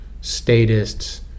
statists